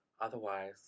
Otherwise